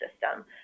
system